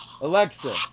Alexa